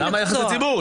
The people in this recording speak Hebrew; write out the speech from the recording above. למה יחסי ציבור?